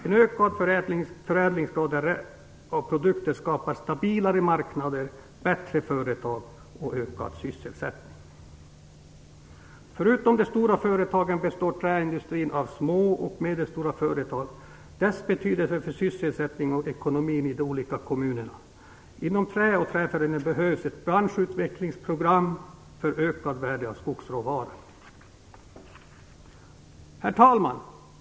En ökad förädlingsgrad och rätt produkter skapar stabilare marknader, bättre företag och ökad sysselsättning. Förutom de stora företagen består träindustrin av små och medelstora företag. Dessa har betydelse för sysselsättningen och ekonomin i de olika kommunerna. Inom trä och träförädlingsindustrin behövs ett branschutvecklingsprogram för att öka värdet av skogsråvaran. Herr talman!